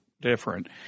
different